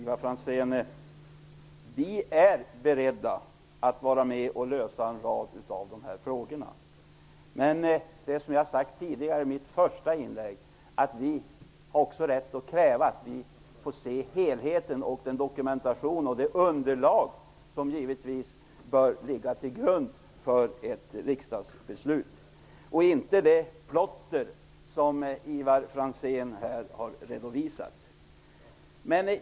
Herr talman! Vi är beredda att vara med och lösa en rad av de här problemen, Ivar Franzén. Men, som jag sade i mitt första inlägg, vi har också rätt att kräva att få se helheten av den dokumentation och det underlag som givetvis bör ligga till grund för ett riksdagsbeslut och inte det plotter som Ivar Franzén här har redovisat.